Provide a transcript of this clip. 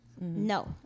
No